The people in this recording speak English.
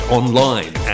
online